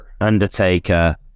Undertaker